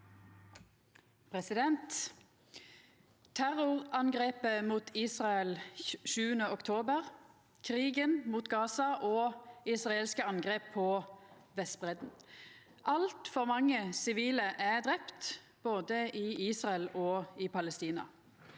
Terrorangrepet mot Israel 7. oktober, krigen mot Gaza og israelske angrep på Vestbreidda – altfor mange sivile er drepne både i Israel og i Palestina.